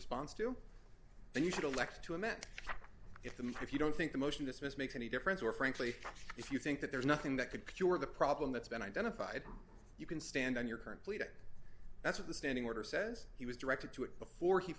response to then you should elect to amend it if the if you don't think the motion this makes any difference or frankly if you think that there's nothing that could cure the problem that's been identified you can stand on your current leader that's what the standing order says he was directed to it before he